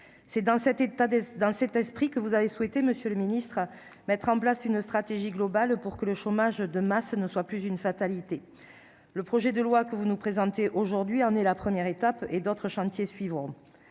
état, dans cet esprit que vous avez souhaité, Monsieur le Ministre, mettre en place une stratégie globale pour que le chômage de masse ne soit plus une fatalité, le projet de loi que vous nous présentez aujourd'hui en est la première étape et d'autres chantiers suivront